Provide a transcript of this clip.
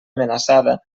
amenaçada